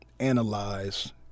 Analyze